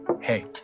Hey